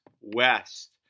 West